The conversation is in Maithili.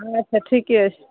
अच्छा ठिके छै